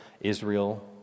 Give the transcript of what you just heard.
Israel